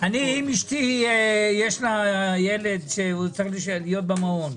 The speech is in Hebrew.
אם לאשתי יש ילד שצריך להיות במעון,